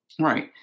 Right